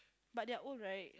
but they're old right